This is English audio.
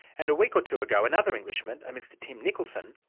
and a week or two ago, another englishman, a mr tim nicholson,